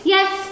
Yes